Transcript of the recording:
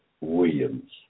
Williams